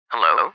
Hello